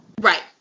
Right